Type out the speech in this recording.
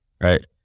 right